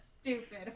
stupid